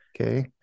Okay